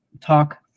talk